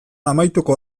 amaituko